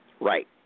Right